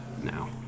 now